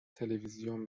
تلویزیون